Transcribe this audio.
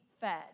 fed